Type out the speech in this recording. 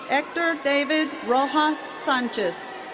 hector david rojas sanchez.